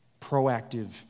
proactive